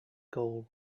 gall